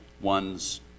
one's